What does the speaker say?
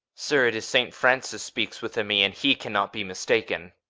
sir, it is st. francis speaks within me, and he cannot be mistaken.